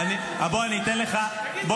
בוא אני אגיד לך משהו.